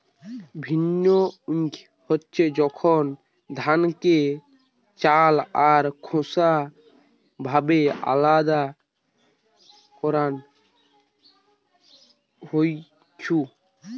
ভিন্নউইং হচ্ছে যখন ধানকে চাল আর খোসা ভাবে আলদা করান হইছু